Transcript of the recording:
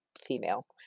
female